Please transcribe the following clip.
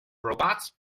robots